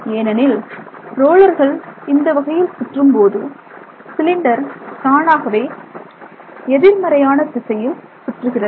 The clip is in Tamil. ஏனெனில் ரோலர்கள் இந்தவகையில் சுற்றும் பொழுது சிலிண்டர் தானாகவே எதிர்மறையான திசையில் சுற்றுகிறது